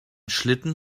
schlitten